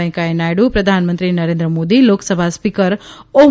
વૈકૈયાહ નાયડુ પ્રધાનમંત્રી નરેન્દ્ર મોદી લોકસભા સીકર ઓમ